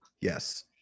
Yes